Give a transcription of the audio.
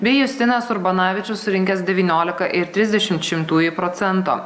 bei justinas urbanavičius surinkęs devyniolika ir trisdešimt šimtųjų prcento